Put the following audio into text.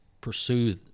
pursue